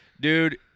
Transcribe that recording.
dude